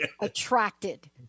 attracted